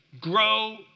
grow